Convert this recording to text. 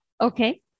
Okay